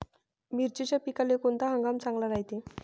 मिर्चीच्या पिकाले कोनता हंगाम चांगला रायते?